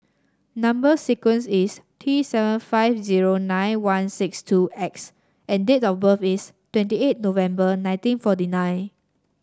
number sequence is T seven five zero nine one six two X and date of birth is twenty eight November nineteen forty nine